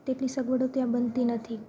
તેટલી સગવડો ત્યાં બનતી નથી